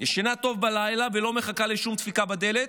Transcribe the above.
ישנה טוב בלילה ולא מחכה לשום דפיקה בדלת,